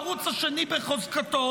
אנחנו הערוץ השני בחוזקו.